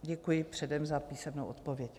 Děkuji předem za písemnou odpověď.